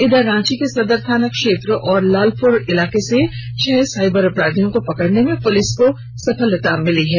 इधर रांची के सदर थाना क्षेत्र और लालपुर इलाके से छह साइबर अपराधियों को पकड़ने में पुलिस को सफलता मिली है